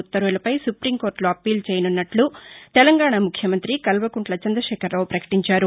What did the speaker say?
ఉత్తర్వులపై సుపీంకోర్టులో అప్పీల్ చేయనున్నట్లు తెలంగాణ ముఖ్యమంతి కల్వకుంట్ల చందశేఖరరావు పకటించారు